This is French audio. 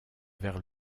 vers